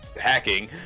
Hacking